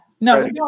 no